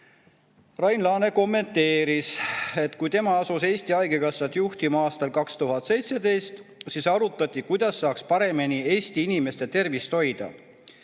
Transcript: Rain Laane kommenteeris, et kui tema asus Eesti Haigekassat aastal 2017 juhtima, siis arutati, kuidas saaks paremini Eesti inimeste tervist hoida.